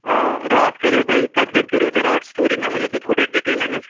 آ راتھ کرِو تۄہہِ کَتہِ کَتہِ کَرِو تۄہہِ راتھ سِٹوری مےٚ ؤنِو تُہۍ تھوڑاِ ڈِٹیل أمِچ